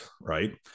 right